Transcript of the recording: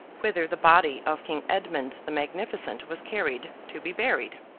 whither the body of king edmund the magnificent was carried, to be buried.